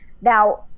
Now